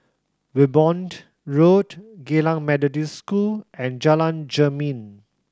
Wimborne Road Geylang Methodist School and Jalan Jermin